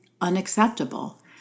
unacceptable